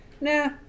nah